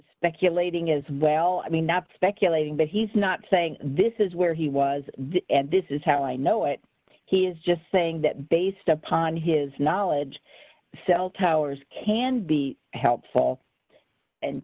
speculating as well i mean not speculating but he's not saying this is where he was and this is how i know what he's just saying that based upon his knowledge cell towers can be helpful and